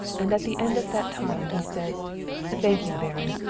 and at the end of that time he said thank you, baron.